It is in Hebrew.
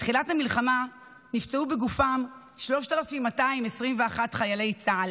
מתחילת המלחמה נפצעו בגופם 3,221 חיילי צה"ל,